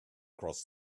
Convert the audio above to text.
cross